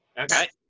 okay